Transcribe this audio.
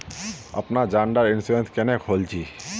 अपना जान डार इंश्योरेंस क्नेहे खोल छी?